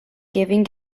giving